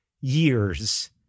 years